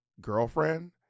girlfriend